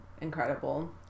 incredible